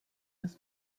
his